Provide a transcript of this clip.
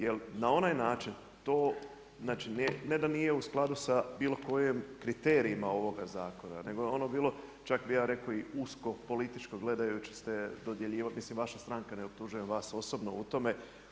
Jer na onaj način to, znači ne da nije u skladu sa bilo kojim kriterijima ovoga zakona, nego je ono bilo čak bih ja rekao i usko političko gledajući ste, mislim vaša stranka ne optužujem vas osobno u tome.